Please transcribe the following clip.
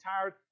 tired